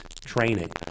training